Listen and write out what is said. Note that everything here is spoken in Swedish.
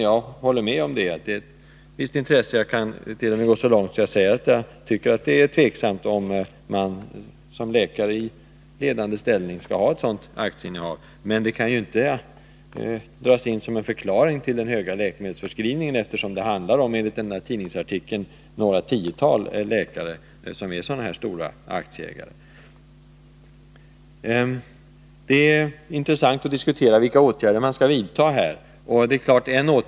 Jag håller med om att det är av visst intresse — ja, att det är tveksamt, om läkare i ledande ställning skall ha ett sådant aktieinnehav — men det kan ju inte anges som en förklaring till den höga läkemedelsförskrivningen, eftersom det enligt tidningsartikeln bara handlar om några tiotal läkare som är sådana stora aktieägare. / Men mer intressant vore att diskutera vilka åtgärder man skall vidta för att komma till rätta med de problem som tas upp i interpellationerna.